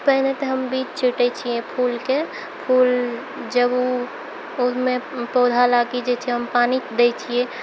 पहिले तऽ हम बीज छिटै छिए फूलके फूल जब उसमे पौधालए कि जे छै हम पानी दै छिए